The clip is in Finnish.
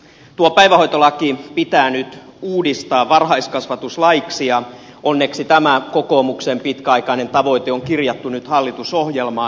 tuo päivähoitolaki pitää nyt uudistaa varhaiskasvatuslaiksi ja onneksi tämä kokoomuksen pitkäaikainen tavoite on kirjattu nyt hallitusohjelmaan